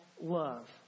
love